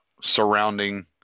surrounding